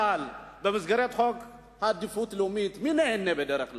במסגרת חוק עדיפות לאומית, מי נהנה בדרך כלל?